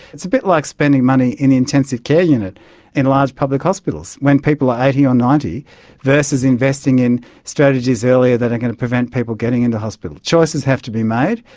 it's a bit like spending money in intensive care units in large public hospitals when people are eighty or ninety versus investing in strategies earlier that are going to prevent people getting into hospital. choices have to be made,